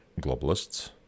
globalists